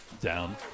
down